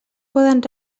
poden